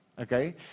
Okay